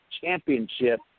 championship